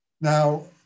Now